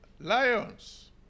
lions